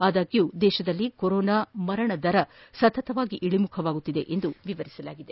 ಆದಾಗ್ಡೂ ದೇಶದಲ್ಲಿ ಕೊರೋನಾ ಮರಣ ದರ ಸತತವಾಗಿ ಇಳಮುಖವಾಗುತ್ತಿದೆ ಎಂದು ವಿವರಿಸಲಾಗಿದೆ